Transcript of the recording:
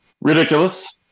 Ridiculous